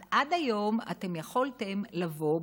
עד היום אתם יכולתם לבוא,